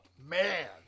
Man